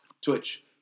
Twitch